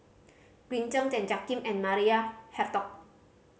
Green Zeng Tan Jiak Kim and Maria Hertogh